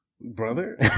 brother